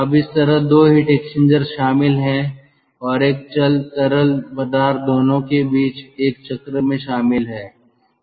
अब इस तरह 2 हीट एक्सचेंजर्स शामिल हैं और एक चल तरल पदार्थ दोनों के बीच एक चक्र में शामिल है